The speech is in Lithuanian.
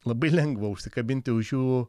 labai lengva užsikabinti už jų